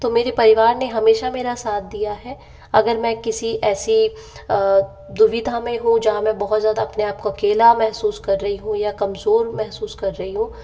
तो मेरे परिवार ने हमेशा मेरा साथ दिया है अगर मैं किसी ऐसी दुविधा मैं हूँ जहाँ मैं बहुत ज़्यादा अपने आपको अकेला महसूस कर रही हूँ या कमज़ोर महसूस कर रही हूँ